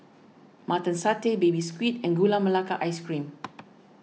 Mutton Satay Baby Squid and Gula Melaka Ice Cream